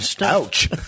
Ouch